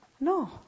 No